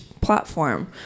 platform